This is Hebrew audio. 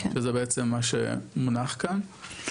שזה בעצם מה שמונח כאן,